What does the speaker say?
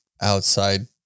outside